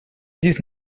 dix